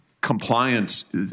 Compliance